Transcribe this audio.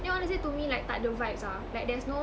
then honestly to me like tak ada vibes ah like there's no